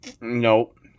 Nope